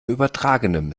übertragenem